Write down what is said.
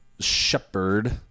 Shepherd